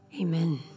Amen